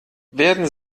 werden